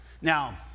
Now